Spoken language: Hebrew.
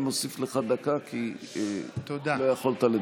אני מוסיף לך דקה כי לא יכולת לדבר.